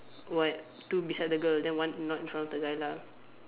what two beside the girl then one not in front of the guy lah